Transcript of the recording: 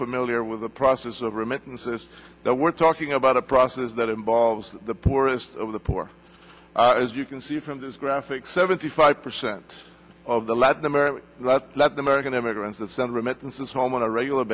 familiar with the process of remittances that we're talking about a process that involves the poorest of the poor as you can see from this graphic seventy five percent of the latin america let's let the american immigrants that send remittances home on a regular